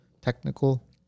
technical